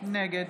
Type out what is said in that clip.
נגד